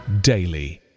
daily